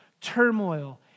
turmoil